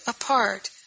apart